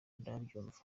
ndabyumva